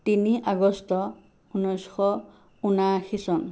তিনি আগষ্ট ঊনৈছশ ঊনাশী চন